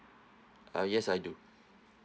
uh yes I do